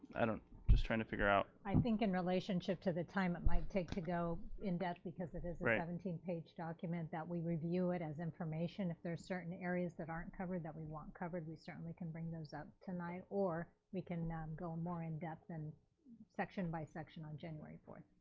and just trying to figure out. i think in relationship to the time it might take to go in depth, because it is a seventeen page document that we review it as information, if there's certain areas that aren't covered that we want covered, we certainly can bring those up tonight or we can go more in depth, section by section on january fourth.